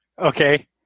Okay